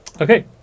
Okay